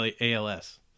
ALS